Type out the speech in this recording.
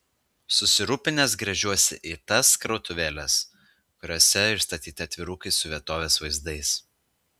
susirūpinęs gręžiuosi į tas krautuvėles kuriose išstatyti atvirukai su vietovės vaizdais